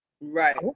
right